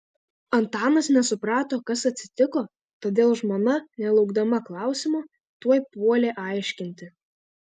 antanas nesuprato kas atsitiko todėl žmona nelaukdama klausimo tuoj puolė aiškinti